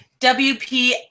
WP